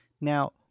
Now